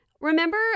remember